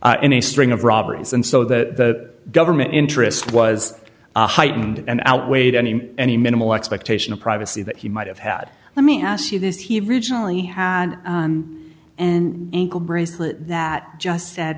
suspect in a string of robberies and so the government interest was heightened and outweighed any any minimal expectation of privacy that he might have had let me ask you this he regionally had an ankle bracelet that just said